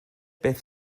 beth